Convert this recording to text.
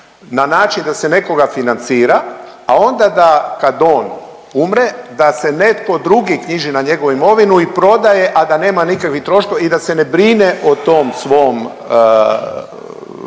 na način da se nekoga financira, a onda da kad on umre da se netko drugi knjiži na njegovu imovinu i prodaje, a da nema nikakvih troškova i da se ne brine o tom svom